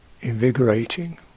invigorating